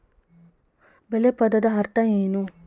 ಬೆಳೆ ಪದದ ಅರ್ಥ ತಿಳಿಸಿ?